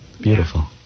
Beautiful